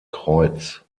kreuz